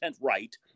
right